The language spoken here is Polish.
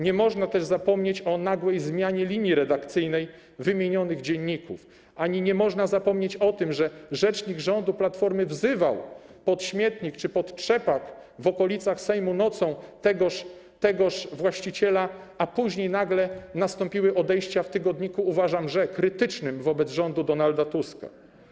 Nie można też zapomnieć o nagłej zmianie linii redakcyjnej wymienionych dzienników ani nie można zapomnieć o tym, że rzecznik rządu Platformy wzywał pod śmietnik czy pod trzepak w okolicach Sejmu nocą tegoż właściciela, a później nagle nastąpiły odejścia w tygodniku „Uważam Rze” krytycznym wobec rządu Donalda Tuska.